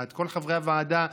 כל חברי הוועדה,